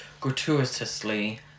gratuitously